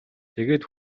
тэгээд